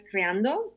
Creando